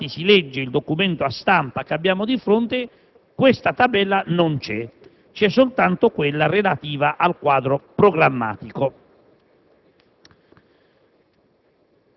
Se infatti si legge il documento a stampa che abbiamo di fronte, questa tabella non c'è; c'è soltanto quella relativa al quadro programmatico.